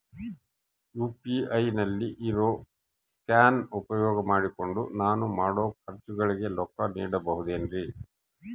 UPI ನಲ್ಲಿ ಇರೋ scan ಉಪಯೋಗ ಮಾಡಿಕೊಂಡು ನಾನು ಮಾಡೋ ಖರ್ಚುಗಳಿಗೆ ರೊಕ್ಕ ನೇಡಬಹುದೇನ್ರಿ?